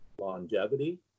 longevity